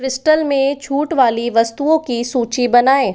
crystal में छूट वाली वस्तुओं की सूची बनाएँ